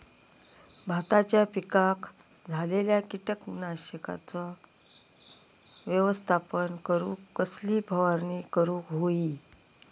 भाताच्या पिकांक झालेल्या किटकांचा व्यवस्थापन करूक कसली फवारणी करूक होई?